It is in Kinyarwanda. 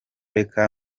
reka